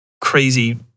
crazy